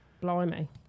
Blimey